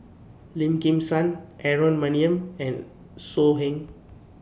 Lim Kim San Aaron Maniam and So Heng